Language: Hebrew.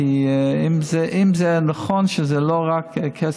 כי אם זה נכון שזה לא רק כסף,